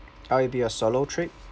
uh it'll be a solo trip